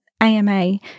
AMA